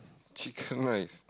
chicken rice